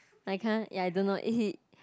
I can't ya I don't know if he